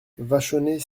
vachonnet